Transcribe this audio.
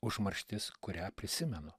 užmarštis kurią prisimenu